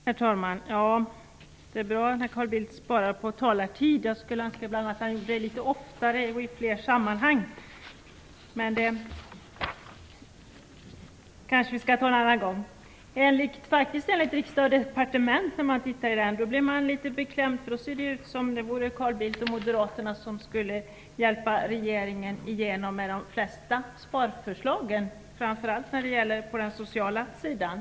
Herr talman! Det är bra att Carl Bildt sparar på taletiden. Jag önskar att han gjorde det litet oftare och i flera sammanhang. Men det kan vi diskutera en annan gång. När man läser Från Riksdag & Departement blir man litet beklämd, därför att där verkar det som om det vore Carl Bildt och moderaterna som skulle hjälpa regeringen att få igenom de flesta sparförslagen, framför allt på den sociala sidan.